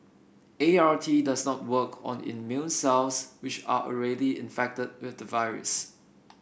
A R T does not work on immune cells which are already infected with the virus